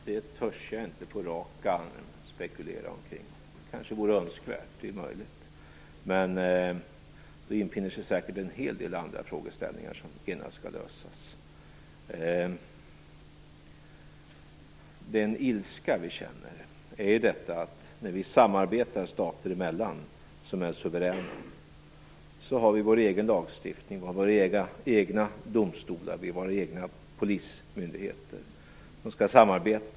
Fru talman! Det törs jag inte på rak arm spekulera i. Det kanske vore önskvärt, det är möjligt. Men då infinner sig säkert en hel del andra frågeställningar som genast skall lösas. Den ilska vi känner beror på att när vi samarbetar stater emellan - stater som är suveräna - har vi ändå vår egen lagstiftning, våra egna domstolar och våra egna polismyndigheter. Dessa skall samarbeta.